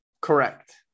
Correct